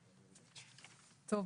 טוב.